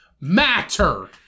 matter